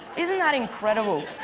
isn't that incredible?